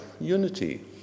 unity